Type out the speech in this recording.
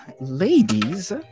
ladies